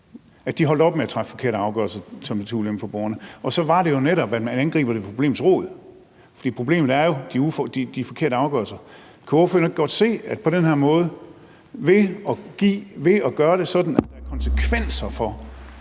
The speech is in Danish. at de holdt op med at træffe forkerte afgørelser, som er til ulempe for borgerne. Så var det jo netop, at man angreb det ved problemets rod, for problemet er jo de forkerte afgørelser. Kan ordføreren ikke godt se, at på den her måde og ved at gøre det sådan, at kommunernes